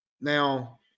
Now